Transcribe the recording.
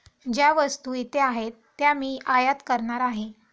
ज्या वस्तू इथे आहेत त्या मी आयात करणार आहे